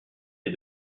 les